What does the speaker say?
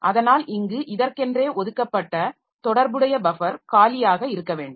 அதனால் இங்கு இதற்கென்றே ஒதுக்கப்பட்ட தொடர்புடைய பஃபர் காலியாக இருக்க வேண்டும்